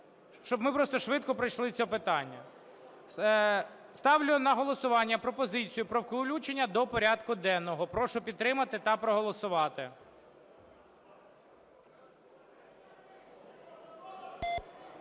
Щоб ми просто швидко пройшли це питання. Ставлю на голосування пропозицію про включення до порядку денного. Прошу підтримати та проголосувати.